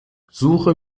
suche